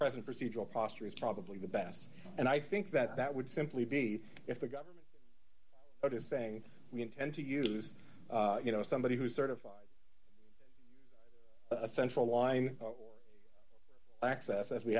present procedural posture is probably the best and i think that that would simply be if the government that is saying we intend to use you know somebody who certified a central line or access as we